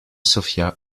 sofia